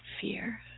fear